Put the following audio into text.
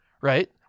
Right